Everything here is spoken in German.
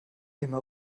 immer